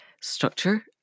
structure